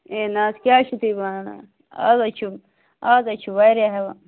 اَے نہَ حظ کیٛاہ چھِو تُہۍ وَنان اَز حظ چھُ از حظ چھُ واریاہ ہٮ۪وان